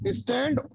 stand